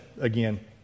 again